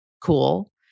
cool